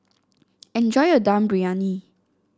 enjoy your Dum Briyani